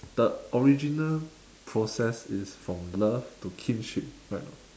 the original process is from love to kinship right or not